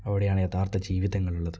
അവിടെയാണ് യഥാർഥ ജീവിതങ്ങൾ ഉള്ളത്